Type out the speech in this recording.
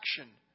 action